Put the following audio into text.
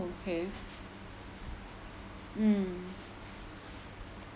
okay mm